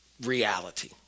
reality